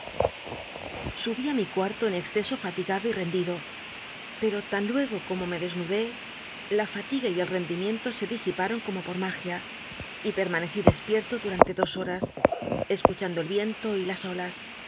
subi á mi cuarto en exceso fatigado y rcndidcj pero lan luego cnmo me desnudé la fatiga y el rendimiento se disiparon como por má ia y permanecí despierto duranlc dos horas escuchando el y ienlo y las olas